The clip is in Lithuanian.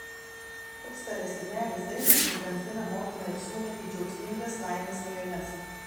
užstalės ir meilės dainos nugramzdina motiną ir sūnų į džiaugsmingas laimės svajones